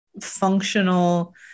functional